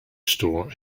store